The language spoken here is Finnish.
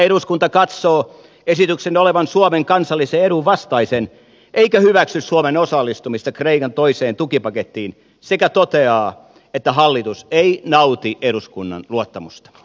eduskunta katsoo esityksen olevan suomen kansallisen edun vastainen eikä hyväksy suomen osallistumista kreikan toiseen tukipakettiin sekä toteaa että hallitus ei nauti eduskunnan luottamusta